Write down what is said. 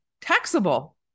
taxable